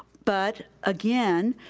but again,